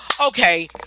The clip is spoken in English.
Okay